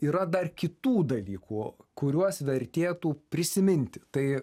yra dar kitų dalykų kuriuos vertėtų prisiminti tai